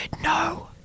no